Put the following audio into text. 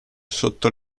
sotto